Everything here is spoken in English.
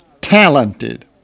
talented